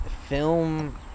film